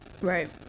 right